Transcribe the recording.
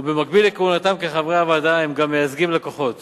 ובמקביל לכהונתם כחברי הוועדה הם גם מייצגים לקוחות